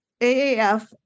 AAF